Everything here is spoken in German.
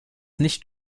nicht